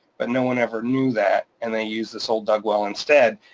but no one ever knew that, and they use this old dug well instead.